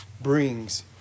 brings